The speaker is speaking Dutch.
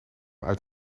uit